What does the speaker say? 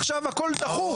עכשיו, הכל דחוף.